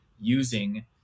using